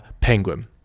Penguin